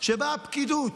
שבה הפקידות